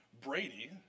Brady